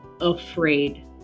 afraid